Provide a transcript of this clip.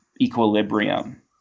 equilibrium